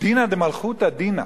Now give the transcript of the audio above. שדינא דמלכותא דינא